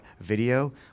video